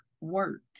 work